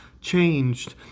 changed